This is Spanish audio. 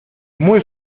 muy